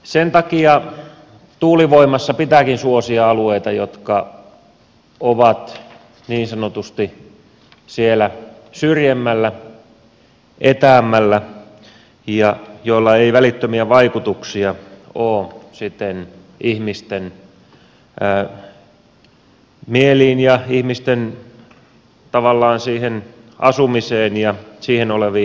sen takia tuulivoimassa pitääkin suosia alueita jotka ovat niin sanotusti siellä syrjemmällä etäämmällä ja jossa ei välittömiä vaikutuksia ole ihmisten mieliin ja tavallaan siihen asumiseen ja siihen liittyviin edellytyksiin